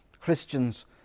Christians